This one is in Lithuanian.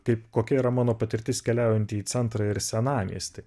kaip kokia yra mano patirtis keliaujanti į centrą ir senamiestį